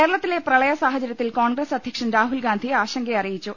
കേരളത്തിലെ പ്രളയ സാഹചര്യത്തിൽ കോൺഗ്രസ് അധ്യ ക്ഷൻ രാഹുൽ ഗാന്ധി ആശങ്കയറിയിച്ചു